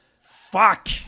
fuck